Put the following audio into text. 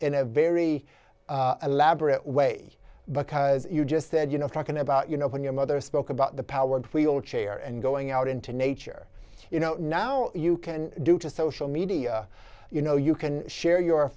in a very elaborate way because you just said you know talking about you know when your mother spoke about the power wheelchair and going out into nature you know now you can do to social media you know you can share your